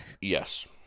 yes